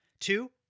two